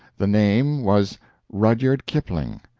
the name was rudyard kipling.